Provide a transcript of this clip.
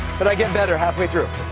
but i get better half way through.